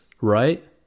right